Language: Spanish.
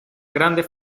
grande